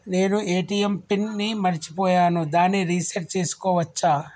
నేను ATM pin ని మరచిపోయాను దాన్ని రీ సెట్ చేసుకోవచ్చా?